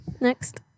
Next